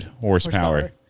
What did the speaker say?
horsepower